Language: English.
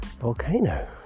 volcano